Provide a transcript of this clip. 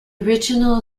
original